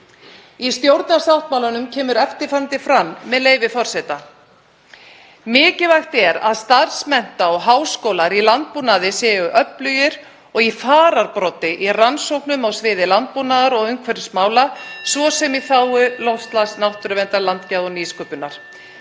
Í stjórnarsáttmálanum kemur eftirfarandi fram, með leyfi forseta: „Mikilvægt er að starfsmennta- og háskólar í landbúnaði séu öflugir og í fararbroddi í rannsóknum á sviði landbúnaðar og umhverfismála, svo sem í þágu loftslagsmála, náttúruverndar, landgæða og nýsköpunar.“